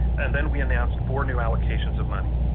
and then we announced four new allocations of money.